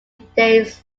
days